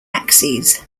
axes